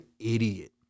idiot